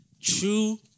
true